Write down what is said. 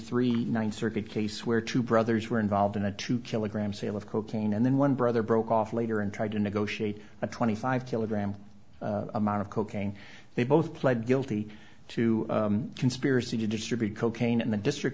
three one circuit case where two brothers were involved in a two kilogram sale of cocaine and then one brother broke off later and tried to negotiate a twenty five kilogram amount of cocaine they both pled guilty to conspiracy to distribute cocaine in the district